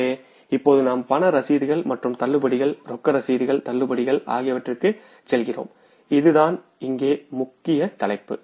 எனவே இப்போது நாம் ரொக்க ரசீதுகள் மற்றும் தள்ளுபடிகள் ரொக்க ரசீதுகள் தள்ளுபடிகள் ஆகியவற்றிற்குச் செல்கிறோம் இதுதான் இங்கே முக்கிய தலைப்பு